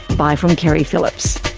bye from keri phillips